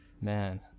Man